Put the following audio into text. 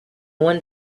one